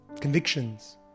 convictions